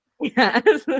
yes